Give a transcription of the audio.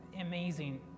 amazing